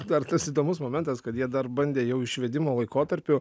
dar tas įdomus momentas kad jie dar bandė jau išvedimo laikotarpiu